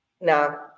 Now